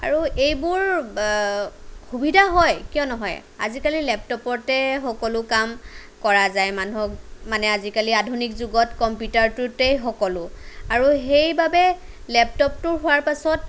আৰু এইবোৰ সুবিধা হয় কিয় নহয় আজিকালি লেপটপতে সকলো কাম কৰা যায় মানুহক মানে আজিকালি আধুনিক যুগত কম্পিউটাৰটোতেই সকলো আৰু সেইবাবে লেপটপটো হোৱাৰ পাছত